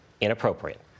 inappropriate